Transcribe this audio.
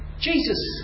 Jesus